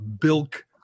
bilk